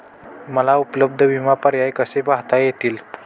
मला उपलब्ध विमा पर्याय कसे पाहता येतील?